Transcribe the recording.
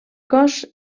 cos